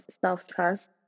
self-trust